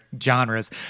genres